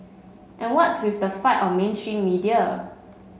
and what's with the fight on mainstream media